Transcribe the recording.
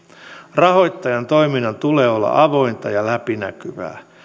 rahoittajan toiminnan tulee olla avointa ja läpinäkyvää